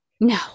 No